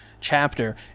chapter